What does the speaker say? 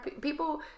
people